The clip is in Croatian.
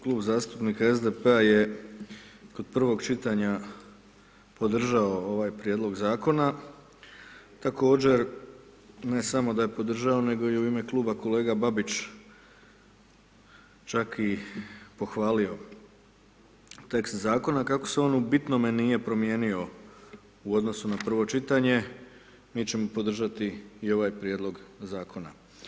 Klub zastupnika SDP-a je kod prvog čitanja podržao ovaj Prijedlog Zakona, također ne samo da je podržao, nego je u ime Kluba kolega Babić, čak i pohvalio tekst Zakona, kako se on u bitnome nije promijenio u odnosu na prvo čitanje, mi ćemo podržati i ovaj Prijedlog Zakona.